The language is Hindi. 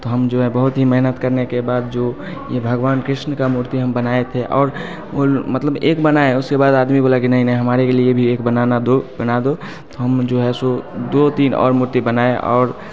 तो हम जो हैं बहुत ही मेहनत करने के बाद जो ये भगवान कृष्ण का मूर्ति हम बनाए थे और मतलब एक बनाएं उसके बाद आदमी बोला कि नहीं नहीं हमारे लिए भी एक बनाना दो बना दो तो हम जो है सो दो तीन और मूर्ति बनाए और